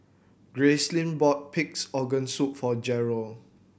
Gracelyn bought Pig's Organ Soup for Jeryl